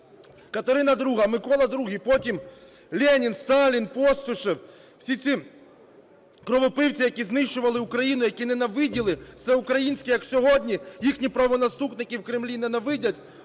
Катерина ІІ, Микола ІІ, потім Ленін, Сталін, Постишев - всі ці кровопивці, які знищували Україну, які ненавиділи все українське, як сьогодні їхні правонаступники в Кремлі ненавидять